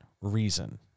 reason